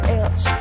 else